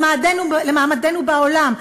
למעמדנו בעולם,